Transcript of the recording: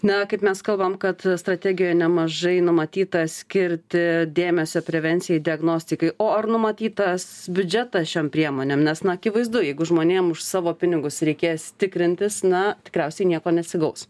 na kaip mes kalbam kad strategijoj nemažai numatyta skirti dėmesio prevencijai diagnostikai o ar numatytas biudžetas šiom priemonėm nes na akivaizdu jeigu žmonėm už savo pinigus reikės tikrintis na tikriausiai nieko nesigaus